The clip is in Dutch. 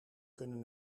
kunnen